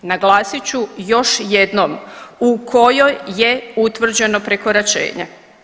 Naglasit ću još jednom u kojoj je utvrđeno prekoračenje.